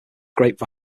grape